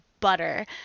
butter